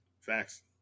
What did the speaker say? facts